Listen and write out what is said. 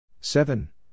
Seven